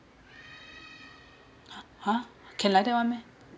!huh! can like that one meh